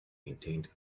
maintained